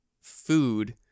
food